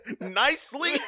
nicely